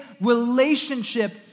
relationship